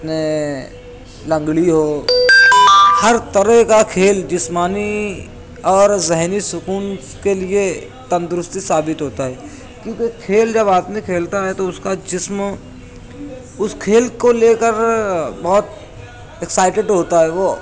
اپنے لنگڑی ہو ہر طرح کا کھیل جسمانی اور ذہنی سکون کے لیے تندرستی ثابت ہوتا ہے کیونکہ کھیل جب آدمی کھیلتا ہے تو اس کا جسم اس کھیل کو لے کر بہت اکسائیٹڈ ہوتا ہے وہ